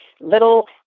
little